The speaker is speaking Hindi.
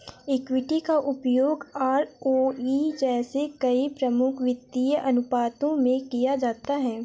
इक्विटी का उपयोग आरओई जैसे कई प्रमुख वित्तीय अनुपातों में किया जाता है